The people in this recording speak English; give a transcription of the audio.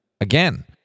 again